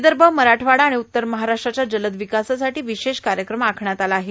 विदर्भ मराठवाडा आणि उत्तर महाराष्ट्राच्या जलद विकासासाठी विशेष कार्यक्रम आखण्यात आला आहे